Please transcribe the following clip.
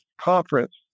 conference